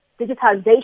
digitization